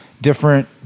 different